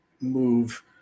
move